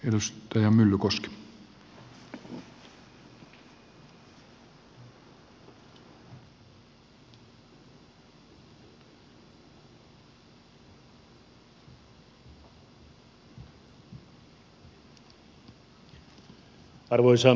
arvoisa herra puhemies